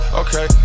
okay